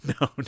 no